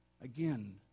Again